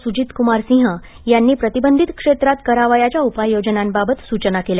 सूजितक्मार सिंह यांनी प्रतिबंधित क्षेत्रात करावयाच्या उपाययोजनांबाबत सूचना केल्या